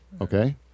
Okay